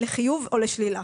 לחיוב או לשלילה.